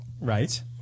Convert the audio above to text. Right